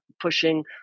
pushing